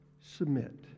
Submit